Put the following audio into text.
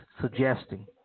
suggesting